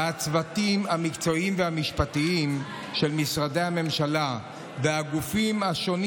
והצוותים המקצועיים והמשפטיים של משרדי הממשלה והגופים השונים